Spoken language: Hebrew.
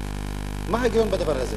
מה ההיגיון בדבר הזה?